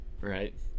Right